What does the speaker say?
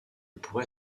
pourrai